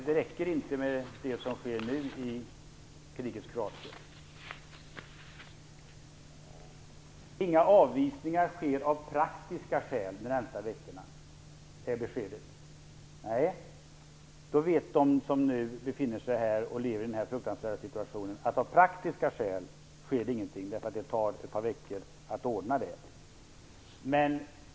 Det räcker inte med det som nu sker i krigets Kroatien. Inga avvisningar sker av praktiska skäl de närmaste veckorna, är beskedet. Då vet de som befinner sig här och lever i denna fruktansvärda situation att det av praktiska skäl inte sker någonting därför att det tar ett par veckor att ordna.